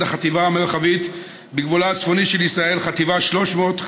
החטיבה המרחבית בגבולה הצפוני של ישראל חטיבה 300,